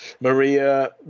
Maria